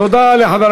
תודה לחבר